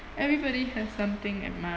everybody has something admirable